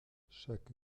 chaque